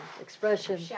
expression